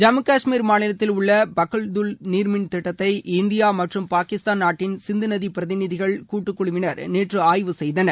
ஜம்மு காஷ்மீர் மாநிலத்தில் உள்ள பக்கல்துல் நீர்மின் திட்டத்தை இந்தியா மற்றும் பாகிஸ்தான் நாட்டின் சிந்து நதி பிரதிநிதிகள் கூட்டுக்குழுவினர் நேற்று ஆய்வு செய்தனர்